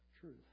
truth